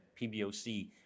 PBOC